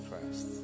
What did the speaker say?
Christ